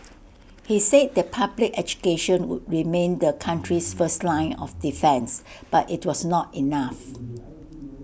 he said that public education would remain the country's first line of defence but IT was not enough